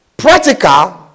Practical